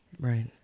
Right